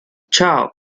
chao